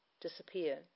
disappear